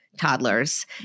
toddlers